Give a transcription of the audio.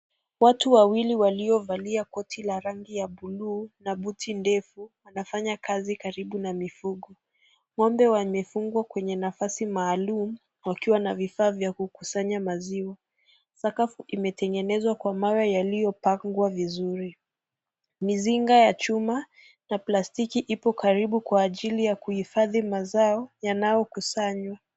Watu wawili waliovalia koti la rangi ya bluu na buti ndefu, wanafanya kazi karibu na mifugo. Ng'ombe wamefungwa kwenye nafasi maalum wakiwa na vifaa vya kukusanya maziwa. Sakafu kimetengenezwa kwa mawe yaliyopangwa vizuri. Mizinga ya chuma na plastiki ilo karibu kwa ajili ya kuhifadhi mazao yanaokusanywa.